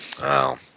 Wow